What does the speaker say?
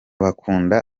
bakunda